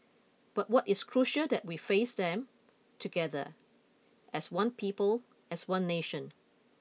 but what is crucial that we face them together as one people as one nation